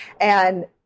And-